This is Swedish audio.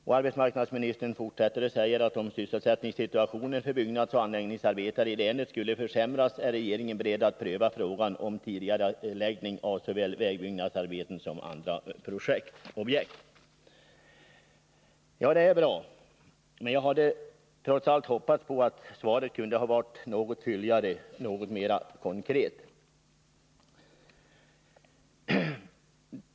Om sysselsättningssituationen för byggnadsoch anläggningsarbetare i länet skulle försämras, är regeringen beredd att pröva frågan om tidigareläggning av såväl vägbyggnadsarbeten som andra objekt.” Ja, det är bra, men jag hade trots allt hoppats att svaret skulle ha varit något fylligare, något mera konkret.